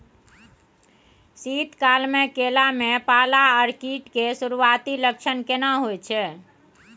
शीत काल में केला में पाला आ कीट के सुरूआती लक्षण केना हौय छै?